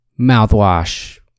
mouthwash